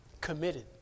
Committed